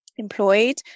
employed